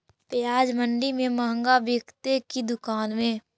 प्याज मंडि में मँहगा बिकते कि दुकान में?